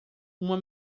uma